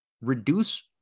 reduce